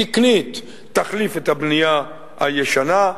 תקנית, תחליף את הבנייה הישנה.